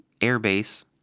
airbase